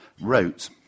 wrote